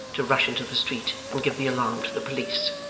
to rush into the street and give the alarm to the police.